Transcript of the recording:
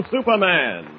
Superman